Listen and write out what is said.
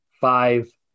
five